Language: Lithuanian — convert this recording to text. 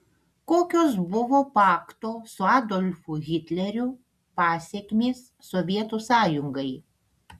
kokios buvo pakto su adolfu hitleriu pasekmės sovietų sąjungai